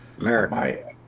America